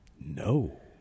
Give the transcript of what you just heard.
No